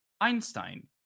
Einstein